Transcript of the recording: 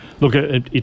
look